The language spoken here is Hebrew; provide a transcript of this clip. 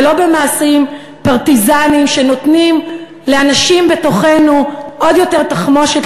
ולא במעשים פרטיזניים שנותנים לאנשים בתוכנו עוד יותר תחמושת